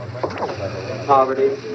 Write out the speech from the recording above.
Poverty